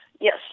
yes